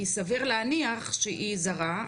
היא סביר להניח שהיא זרה,